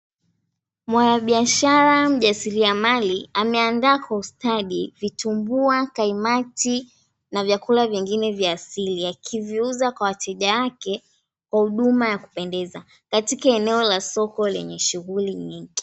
Mwanabiashara mjasiliamali, ameandaa kwa ustadi vitumbua, kaimati na vyakula vingine vya asili akiviuza kwa wateja wake kwa huduma wa kupendeza katika eneo la soko lenye shughuli nyingi.